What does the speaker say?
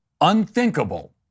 unthinkable